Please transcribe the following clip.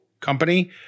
company